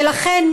ולכן,